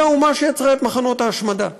היא האומה שיצרה את מחנות ההשמדה.